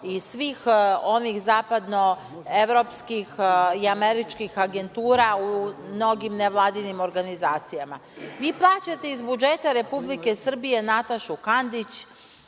iz svih onih zapadnoevropskih i američkih agentura u mnogim nevladinim organizacijama. Vi plaćate iz budžeta Republike Srbije Natašu Kandić,